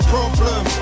Problem